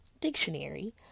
dictionary